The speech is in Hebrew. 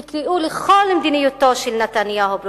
תקראו לכל מדיניותו של נתניהו פרובוקציה.